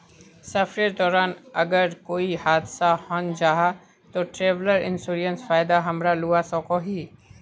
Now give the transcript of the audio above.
सफरेर दौरान अगर कोए हादसा हन जाहा ते ट्रेवल इन्सुरेंसर फायदा हमरा लुआ सकोही